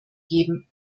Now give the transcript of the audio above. geben